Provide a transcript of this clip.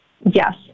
Yes